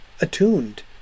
attuned